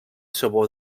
sabor